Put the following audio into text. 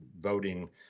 voting